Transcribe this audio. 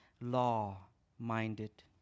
law-minded